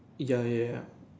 ya ya ya ya